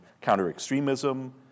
counter-extremism